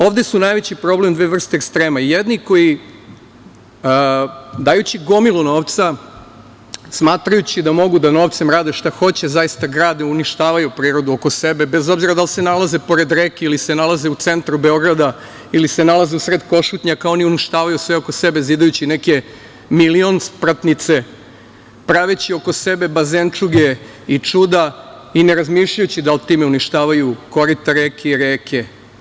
Ovde su najveći problem dve vrste ekstrema, jedni koji dajući gomilu novca, smatrajući da novcem mogu da rade šta hoće zaista grade, uništavaju prirodu oko sebe, bez obzira da li se nalaze pored reke ili se nalaze u centru Beograda ili se nalaze u sred Košutnjaka oni uništavaju sve oko sebe zidajući neke milionspratnice, praveći oko sebe bazenčuge i čuda i ne razmišljajući da li time uništavaju korita reka i reke.